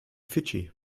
fidschi